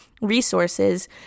resources